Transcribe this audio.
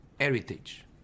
heritage